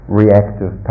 reactive